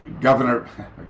Governor